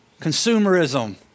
consumerism